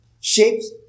shapes